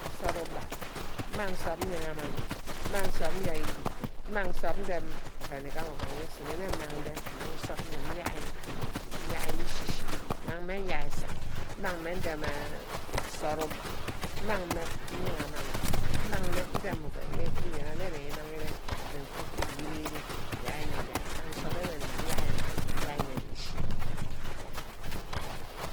Nsuro uba. mmang Nchop nyaramani. mmang Nchop nuai ídud. mmang Nchop ndem oven wo nsino nne ndem. mmang nchop nkim nyaíme nyaíme íshí-shi. mmang mme inyai esa. mmang mme nsara uba. mmang mme nyara mani. mmang ndem oven gud wi yarane mmang ndem oven kpor-kpork wi ire den nyai meh yai. mmang nchop ewe ngîm nyai mme. nyai mme íchí nsanma